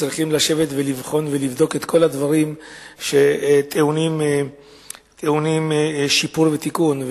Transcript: צריכים לשבת ולבחון ולבדוק את כל הדברים שטעונים שיפור ותיקון.